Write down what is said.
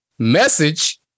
Message